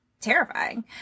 terrifying